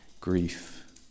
grief